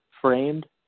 framed